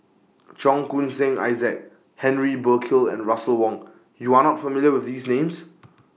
Cheong Koon Seng Isaac Henry Burkill and Russel Wong YOU Are not familiar with These Names